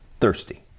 thirsty